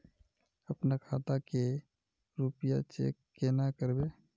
अपना खाता के रुपया चेक केना करबे?